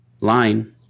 line